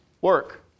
work